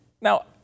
Now